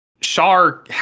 Shar